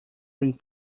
ring